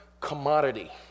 commodity